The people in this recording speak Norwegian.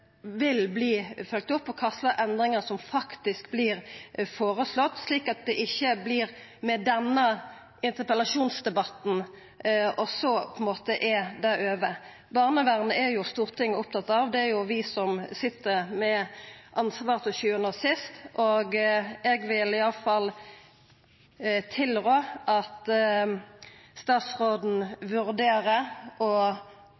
vil verta følgt opp, og kva endringar som faktisk vert føreslått – slik at det ikkje vert med denne interpellasjonsdebatten, og så er det over. Barnevernet er jo Stortinget opptatt av – det er vi som til sjuande og sist sit med ansvaret – og eg vil iallfall tilrå at statsråden